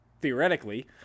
theoretically